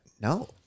No